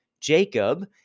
Jacob